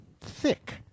thick